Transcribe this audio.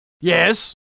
yes